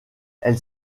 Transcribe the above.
elle